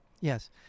Yes